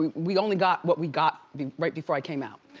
we only got what we got right before i came out.